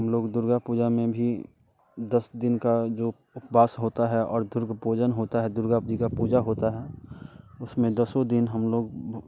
हम लोग दुर्गा पूजा में भी दस दिन का जो उपवास होता है और दुर्ग पूजन होता है दुर्गा जी का पूजा होता है उसमें दसो दिन हम लोग